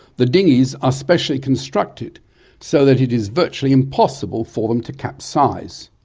the dinghies are specially constructed so that it is virtually impossible for them to capsize.